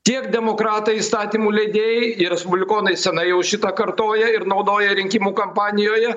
tiek demokratai įstatymų leidėjai ir respublikonai senai jau šitą kartoja ir naudoja rinkimų kampanijoje